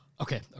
Okay